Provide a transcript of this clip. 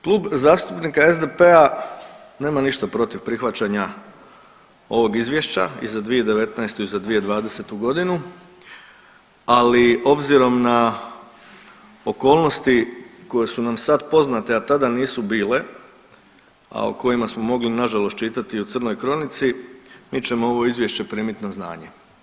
Klub zastupnika SDP-a nema ništa protiv prihvaćanja ovog izvješća i za 2019. i za 2020. godinu, ali obzirom na okolnosti koje su nam sad poznate, a tada nisu bile, a o kojima smo mogli nažalost čitati u crnoj kronici mi ćemo ovo izvješće primiti na znanje.